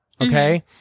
Okay